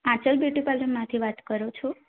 Anchal beauty પાર્લરમાંથી વાત કરો છો